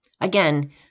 Again